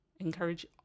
encourage